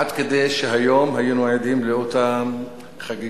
עד כדי כך שהיום היינו עדים לאותה חגיגה